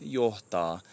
johtaa